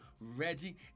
Reggie